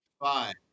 Five